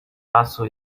lasu